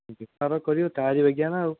ବେପାର କରିବ ତାଆରି ବାଗିଆ ନାଁ ଆଉ